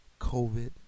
covid